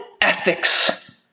ethics